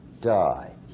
die